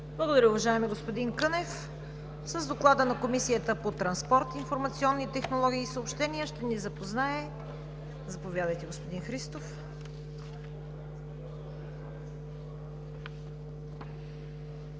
Благодаря, уважаеми господин Кънев. С Доклада на Комисията по транспорт, информационни технологии и съобщения ще ни запознае господин Христов.